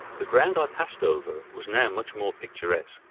the ground i passed over was now much more picturesque.